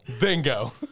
Bingo